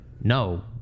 No